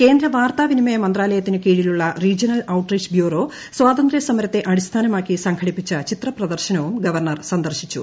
കേന്ദ്ര വാർത്താ വിനിമയ മന്ത്രാലയത്തിനു കീഴിലുള്ള റീജ്യയണൽ ഔട്ടറീച്ച് ബ്യൂറോ സ്വാതന്തൃ സമരത്തെ അടിസ്ഥാനമാക്കി സംഘടിപ്പിച്ച ചിത്ര പ്രദർശനവും ഗവർണർ സന്ദർശിച്ചു